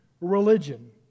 religion